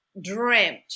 dreamt